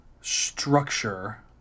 structure